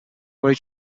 where